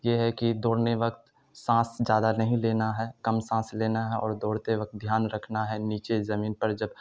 یہ ہے کہ دوڑنے وقت سانس زیادہ نہیں لینا ہے کم سانس لینا ہے اور دوڑتے وقت دھیان رکھنا ہے نیچے زمین پر جب